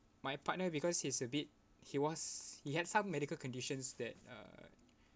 my partner because he's a bit he was he had some medical conditions that uh